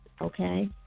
okay